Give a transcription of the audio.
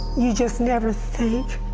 you just never think